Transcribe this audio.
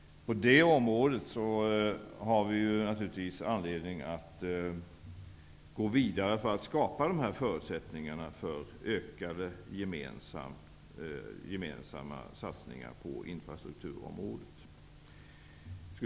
På det området har vi naturligtvis anledning att gå vidare för att skapa förutsättningar för ökade gemensamma satsningar på infrastruktur.